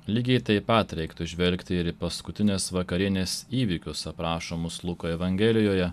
lygiai taip pat reiktų žvelgti ir į paskutinės vakarienės įvykius aprašomus luko evangelijoje